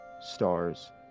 stars